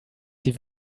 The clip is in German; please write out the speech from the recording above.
sie